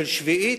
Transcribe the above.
של שביעית,